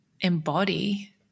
embody